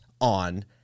on